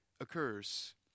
occurs